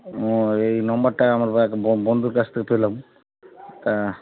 ও এই নম্বরটা আমার একটা বন্ধুর কাছ থেকে পেলাম তা